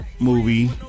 movie